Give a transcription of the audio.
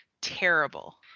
terrible